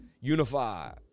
Unify